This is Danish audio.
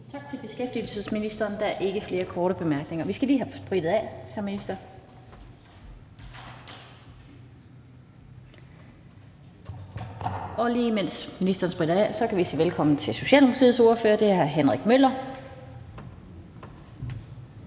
Tak til beskæftigelsesministeren. Der er ikke flere korte bemærkninger. Vi skal lige have sprittet af. Mens ministeren spritter af, kan vi sige velkommen til Socialdemokratiets ordfører, og det er hr. Henrik Møller.